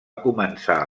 començar